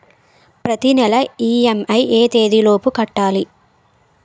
ప్రతినెల ఇ.ఎం.ఐ ఎ తేదీ లోపు కట్టాలి?